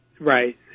Right